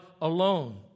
alone